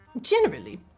Generally-